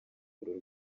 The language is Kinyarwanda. uru